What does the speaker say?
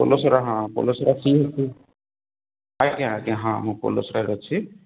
ପୋଲସରା ହଁ ପୋଲସରା ଆଜ୍ଞା ଆଜ୍ଞା ହଁ ମୁଁ ପୋଲସରାରେ ଅଛି